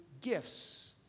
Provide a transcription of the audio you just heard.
gifts